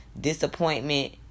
disappointment